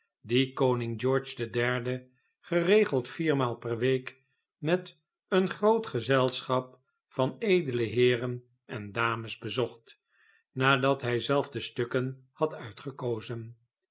dien koning george de derde geregeld viermaal per week met een groot gezelschap van edele heeren en dames bezocht nadat hij zelf de stukken had uitgekozen